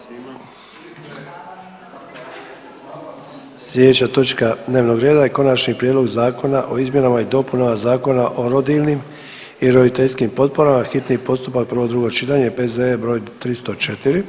Slijedeća točka dnevnog reda je Konačni prijedlog Zakona o izmjenama i dopunama Zakona o rodiljnim i roditeljskim potporama, hitni postupak, prvo i drugo čitanje, P.Z.E. br. 304.